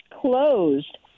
closed